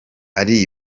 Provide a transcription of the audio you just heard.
ari